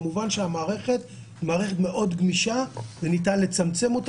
כמובן שהמערכת מאוד גמישה וניתן לצמצם אותה.